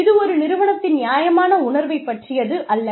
இது ஒரு நிறுவனத்தின் நியாயமான உணர்வைப் பற்றியது அல்ல